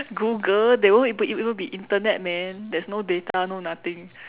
Google there won't even be even be Internet man there is no data no nothing